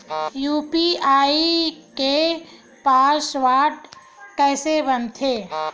UPI के password कइसे बनाथे?